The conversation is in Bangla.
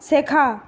শেখা